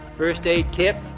first aid kit,